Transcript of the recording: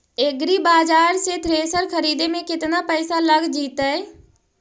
एग्रिबाजार से थ्रेसर खरिदे में केतना पैसा लग जितै?